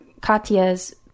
Katya's